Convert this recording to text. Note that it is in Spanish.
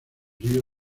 río